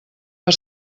per